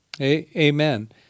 Amen